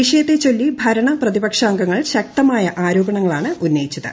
വിഷയത്തെച്ചൊല്ലി ഭരണ പ്രതിപക്ഷങ്ങൾ ശക്തമായ ആരോപണങ്ങളാണ് ഉന്നയിച്ചത്